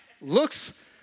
looks